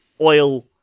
oil